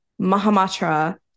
Mahamatra